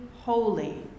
Holy